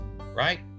right